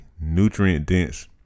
nutrient-dense